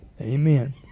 Amen